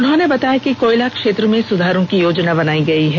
उन्होंने बताया कि कोयला क्षेत्र में सुधारों की योजना बनाई गई है